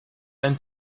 ein